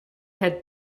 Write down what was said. had